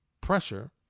pressure